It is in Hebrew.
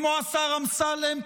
כמו השר אמסלם,